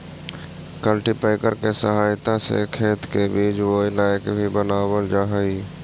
cultipacker के सहायता से खेत के बीज बोए लायक भी बनावल जा हई